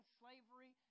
slavery